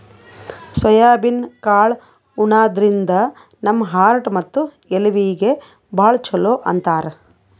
soybean ಕಾಳ್ ಉಣಾದ್ರಿನ್ದ ನಮ್ ಹಾರ್ಟ್ ಮತ್ತ್ ಎಲಬೀಗಿ ಭಾಳ್ ಛಲೋ ಅಂತಾರ್